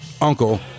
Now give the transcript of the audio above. uncle